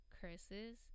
curses